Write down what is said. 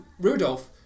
Rudolph